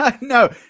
no